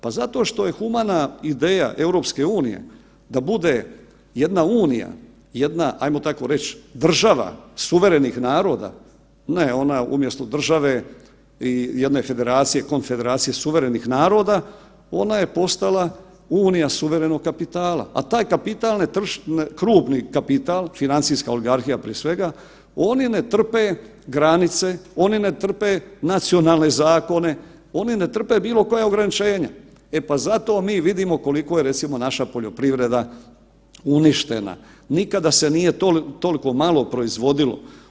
Pa zato što je humana ideja EU da bude jedna Unija, jedna, ajmo tako reć, država suverenih naroda, ne ona umjesto države i jedne federacije, konfederacije suverenih naroda, ona je postala Unija suverenog kapitala, a taj kapital, krupni kapital, financijska oligarhija prije svega, oni ne trpe granice, oni ne trpe nacionalne zakone, oni ne trpe bilo koja ograničenja, e pa zato mi vidimo koliko je recimo naša poljoprivreda uništena, nikada se nije toliko proizvodilo.